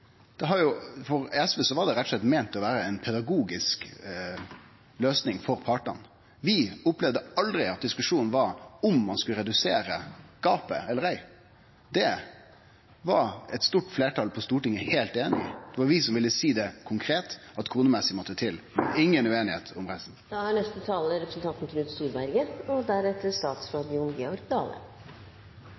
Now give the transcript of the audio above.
meint å vere ei pedagogisk løysing for partane. Vi opplevde aldri at diskusjonen var om ein skulle redusere gapet eller ikkje. Det var eit stort fleirtal på Stortinget heilt einig i. Det var vi som ville seie konkret at det kronemessig måtte til. Det var inga usemje om